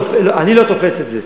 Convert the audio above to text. אני לא תופס את זה.